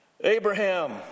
Abraham